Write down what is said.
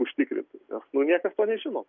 užtikrintai nes nu niekas to nežino